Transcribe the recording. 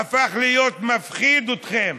זה הפך להיות מפחיד לכם,